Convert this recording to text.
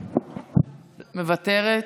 מוותרת,